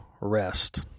rest